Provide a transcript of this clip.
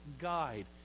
guide